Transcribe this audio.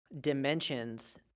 dimensions